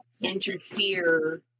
interfere